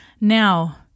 Now